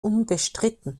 unbestritten